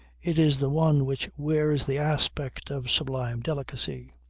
it is the one which wears the aspect of sublime delicacy.